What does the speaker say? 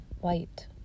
white